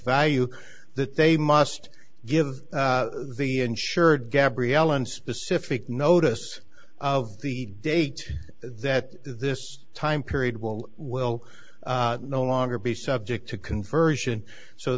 value that they must give the insured gabrielle in specific notice of the date that this time period will will no longer be subject to conversion so